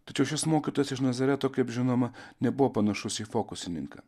tačiau šis mokytojas iš nazareto kaip žinoma nebuvo panašus į fokusininką